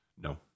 No